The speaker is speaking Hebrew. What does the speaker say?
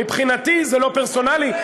מבחינתי זה לא פרסונלי,